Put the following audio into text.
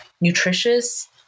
nutritious